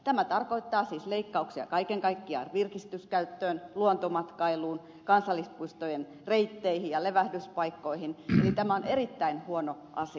tämä tarkoittaa siis leikkauksia kaiken kaikkiaan virkistyskäyttöön luontomatkailuun kansallispuistojen reitteihin ja levähdyspaikkoihin eli tämä on erittäin huono asia